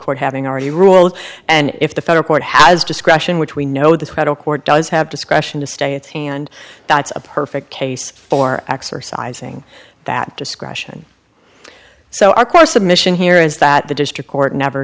court having already ruled and if the federal court has discretion which we know the court does have discretion to stay its hand that's a perfect case for exercising that discretion so our core submission here is that the district court never